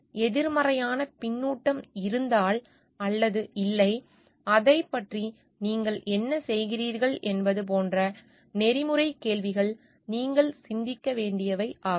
எதிர்மறையான பின்னூட்டம் இருந்தால் அல்லது இல்லை அதைப் பற்றி நீங்கள் என்ன செய்கிறீர்கள் என்பது போன்ற நெறிமுறை கேள்விகள் நீங்கள் சிந்திக்க வேண்டியவை ஆகும்